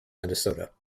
minnesota